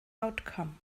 outcome